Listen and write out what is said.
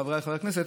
חבריי חברי הכנסת,